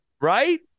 Right